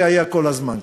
זה היה כל הזמן כך.